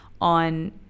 on